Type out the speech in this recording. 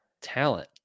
talent